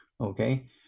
okay